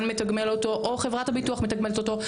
מתגמל אותו או חברת הביטוח מתגמלת אותו.